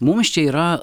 mums čia yra